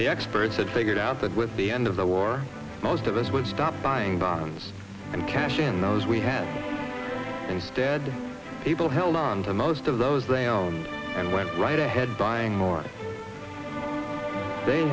the experts had figured out that with the end of the war most of us would stop buying bonds and cash in those we had instead able held on to most of those they owned and went right ahead buying more they